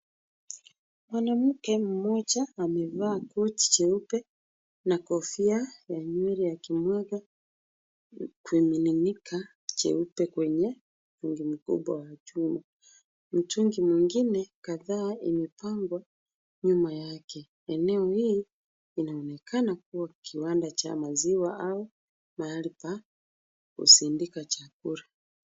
Mwanamke mmoja amevaa koti jeupe na kofia ya nywele, akimwaga, ikimiminika cheupe kwenye mtungi mkubwa wa chuma. Mtungi mwingine kadhaa imepangwa nyuma yake. Eneo hii inaonekana kuwa kiwanda cha maziwa au mahali pa kusindika chakula.